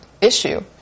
issue